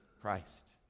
Christ